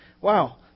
wow